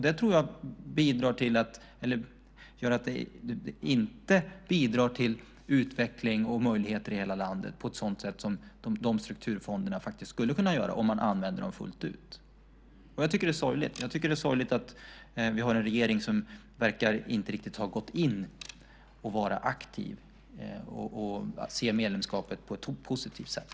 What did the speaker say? Detta tror jag inte bidrar till utveckling och möjligheter i hela landet på ett sådant sätt som dessa strukturfonder faktiskt skulle kunna göra om man använde dem fullt ut. Jag tycker att det är sorgligt. Det är sorgligt att vi har en regering som inte riktigt verkar ha gått in för att vara aktiv och se medlemskapet på ett positivt sätt.